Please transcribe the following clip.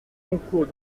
concours